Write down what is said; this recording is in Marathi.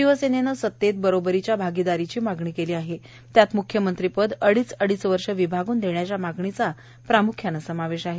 शिवसेनेनं सत्तेत बरोबरीच्या भागीदारीची मागणी केली आहे त्यात मुख्यमंत्रीपद अडीच अडीच वर्ष विभागून देण्याच्या मागणीचा समावेश आहे